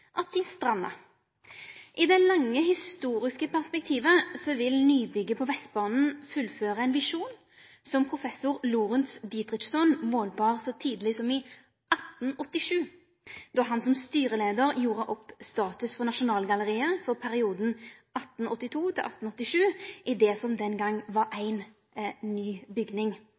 at dei stranda. I det lange historiske perspektivet vil nybygget på Vestbanen fullføre ein visjon som professor Lorentz Dietrichson målbar så tidleg som i 1887, då han som styreleiar gjorde opp status for Nasjonalgalleriet for perioden 1882–1887 i det som den gongen var ein ny bygning.